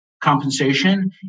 compensation